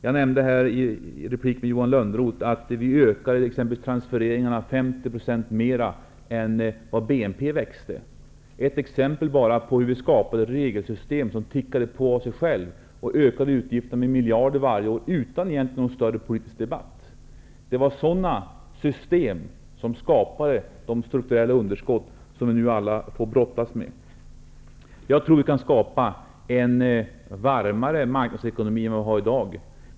Jag nämnde i en replik till Johan Lönnroth att vi ökade transfereringarna 50 % mer än BNP växte. Det är bara ett exempel på hur vi skapade ett regelsystem som tickade på av sig självt och ökade utgifterna med miljarder varje år utan att det egentligen fördes någon större politisk debatt om det. Det var sådana system som skapade det strukturella underskott som vi nu alla får brottas med. Jag tror att vi kan skapa en varmare marknadsekonomi än den som vi har i dag.